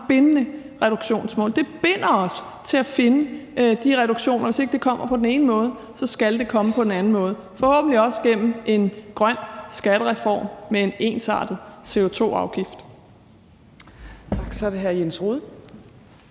bindende reduktionsmål. De binder os til at finde de her reduktioner, og hvis ikke de kommer på én måde, skal de komme på en anden måde, forhåbentlig også gennem en grøn skattereform med en ensartet CO2-afgift.